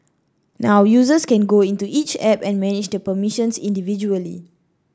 now users can go into each app and manage the permissions individually